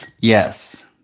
Yes